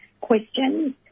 questions